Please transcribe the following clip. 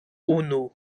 unu